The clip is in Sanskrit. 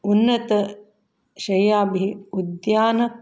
उन्नत शैयाभिः उद्यान